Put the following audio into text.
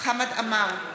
חמד עמאר,